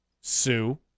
Sue